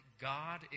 God